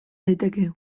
daiteke